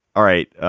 all right.